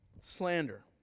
Slander